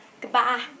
Goodbye